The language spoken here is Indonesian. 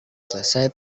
selesai